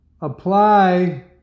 apply